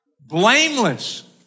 blameless